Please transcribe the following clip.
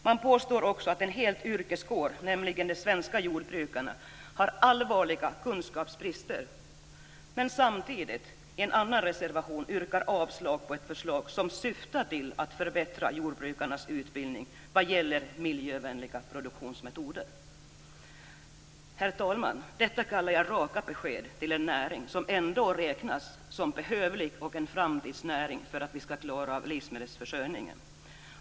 De påstår också att en hel yrkeskår, nämligen de svenska jordbrukarna, har allvarliga kunskapsbrister. Samtidigt yrkar de i en annan reservation avslag på ett förslag som syftar till att förbättra jordbrukarnas utbildning vad gäller miljövänliga produktionsmetoder. Herr talman! Detta kallar jag raka besked till en näring som ändå räknas som behövlig och en framtidsnäring för att vi skall klara livsmedelsförsörjningen.